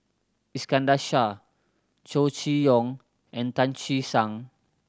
Iskandar Shah Chow Chee Yong and Tan Che Sang